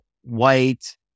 white